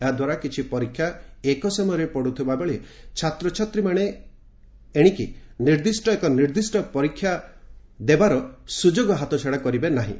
ଏହାଦ୍ୱାରା କିଛି ପରୀକ୍ଷା ଏକ ସମୟରେ ପଡ଼ୁଥିବା ବେଳେ ଛାତ୍ରଛାତ୍ରୀମାନେ ଏଣିକି କୌଣସି ଏକ ନିର୍ଦ୍ଦିଷ୍ଟ ପରୀକ୍ଷା ଦେବାର ସୁଯୋଗ ହାତଛଡ଼ା କରିବେ ନାହିଁ